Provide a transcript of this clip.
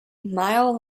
mile